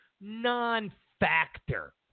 non-factor